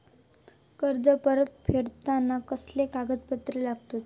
कर्ज परत फेडताना कसले कागदपत्र लागतत?